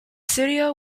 studio